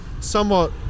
somewhat